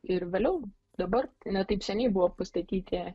ir vėliau dabar ne taip seniai buvo pastatyti